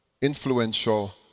influential